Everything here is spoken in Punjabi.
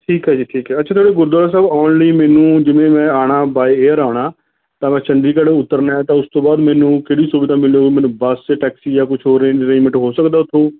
ਠੀਕ ਹੈ ਜੀ ਠੀਕ ਹੈ ਅੱਛਾ ਚਲੋ ਗੁਰਦੁਆਰਾ ਸਾਹਿਬ ਆਉਣ ਲਈ ਮੈਨੂੰ ਜਿਵੇਂ ਮੈਂ ਆਉਣਾ ਬਾਏ ਏਅਰ ਆਉਣਾ ਤਾਂ ਮੈਂ ਚੰਡੀਗੜ੍ਹ ਉੱਤਰਨਾ ਤਾਂ ਉਸ ਤੋਂ ਬਾਅਦ ਮੈਨੂੰ ਕਿਹੜੀ ਸੁਵਿਧਾ ਮਿਲੂ ਮੈਨੂੰ ਬੱਸ ਟੈਕਸੀ ਜਾਂ ਕੁਛ ਹੋਰ ਅਰੇਂਜ ਅਰੇਂਜਮੈਂਟ ਹੋ ਸਕਦਾ ਉੱਥੋਂ